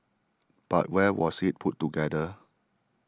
but where was it put together